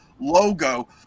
logo